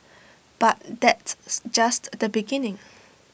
but that's just the beginning